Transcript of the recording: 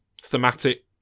thematic